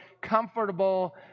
comfortable